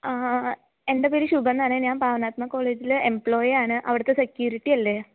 ആ എൻ്റെ പേര് ശുഭ എന്നാണെ ഞാൻ പവനാത്മ കോളേജിലെ എംപ്ലോയ് ആണ് അവിടുത്തെ സെക്യൂരിറ്റി അല്ലേ